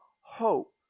hope